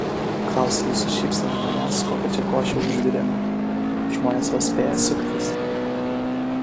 klausia ji su šypsena manęs kokią čia košę užvirėme žmonės vos spėja suktis